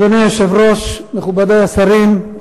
אדוני היושב-ראש, מכובדי השרים,